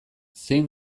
zein